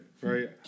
Right